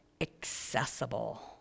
accessible